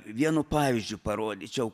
vienu pavyzdžiu parodyčiau